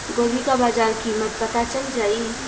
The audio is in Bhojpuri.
गोभी का बाजार कीमत पता चल जाई?